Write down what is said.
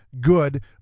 good